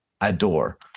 adore